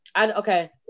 okay